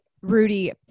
Rudy